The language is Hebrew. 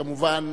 כמובן,